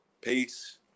peace